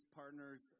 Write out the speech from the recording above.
partners